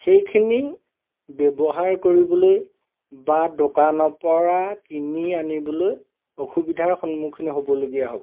সেইখিনি ব্যৱহাৰ কৰিবলৈ বা দোকানৰপৰা কিনি আনিবলৈ অসুবিধাৰ সন্মুখীন হ'বলগীয়া হ'ব